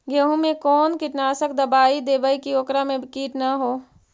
गेहूं में कोन कीटनाशक दबाइ देबै कि ओकरा मे किट न हो?